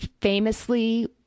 famously